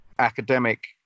academic